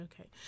Okay